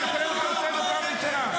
אני קורא אותך לסדר פעם ראשונה.